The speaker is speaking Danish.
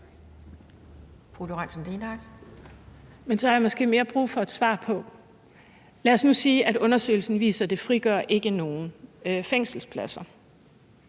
Men så har jeg måske mere brug for et svar, i forhold til hvis man nu siger, at undersøgelsen viser, at det ikke frigør nogen fængselspladser.